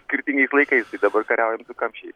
skirtingais laikais tai dabar kariaujam su kamščiais